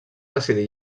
decidir